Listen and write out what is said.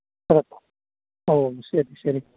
അകത്തോ ഓ ശരി ശരി